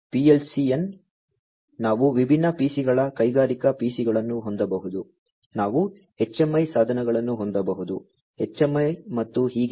PLC n ನಾವು ವಿಭಿನ್ನ PC ಗಳ ಕೈಗಾರಿಕಾ PC ಗಳನ್ನು ಹೊಂದಬಹುದು ನಾವು HMI ಸಾಧನಗಳನ್ನು ಹೊಂದಬಹುದು HMI ಮತ್ತು ಹೀಗೆ